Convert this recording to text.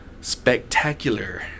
spectacular